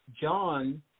John